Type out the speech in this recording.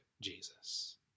Jesus